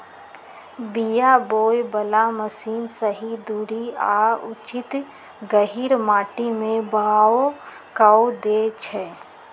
बीया बोय बला मशीन सही दूरी आ उचित गहीर माटी में बाओ कऽ देए छै